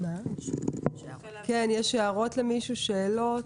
יש למישהו הערות או שאלות?